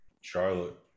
Charlotte